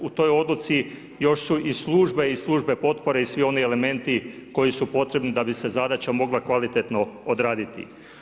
U toj odluci još su i službe i službe potpore i svi oni elementi koji su potrebni da bi se zadaća mogla kvalitetno odraditi.